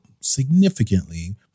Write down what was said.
significantly